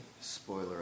spoiler